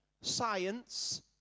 science